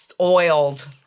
oiled